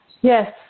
Yes